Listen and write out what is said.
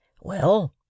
Well